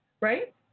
Right